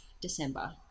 December